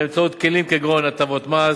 באמצעות כלים כגון הטבות מס,